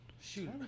Shoot